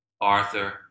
Arthur